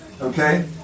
Okay